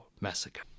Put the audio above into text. Massacre